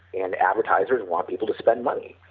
and advertiser want people to spend money,